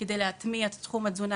על מנת להטמיע את תחום התזונה,